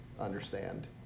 understand